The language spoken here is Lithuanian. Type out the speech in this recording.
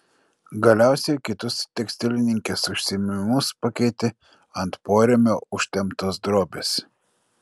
galiausiai kitus tekstilininkės užsiėmimus pakeitė ant porėmio užtemptos drobės